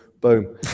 Boom